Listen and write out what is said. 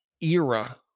era